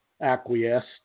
acquiesced